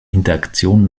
interaktion